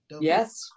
Yes